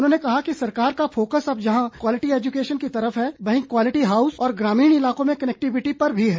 उन्होंने कहा कि सरकार का फोक्स अब जहां क्वालिटी एजुकेशन की तरफ है वहीं क्वालिटी हाउस और ग्रामीण इलाकों में कनेक्टिविटी पर है